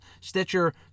Stitcher